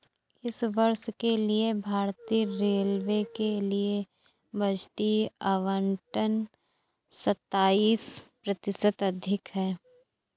इस वर्ष के लिए भारतीय रेलवे के लिए बजटीय आवंटन सत्ताईस प्रतिशत अधिक है